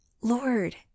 Lord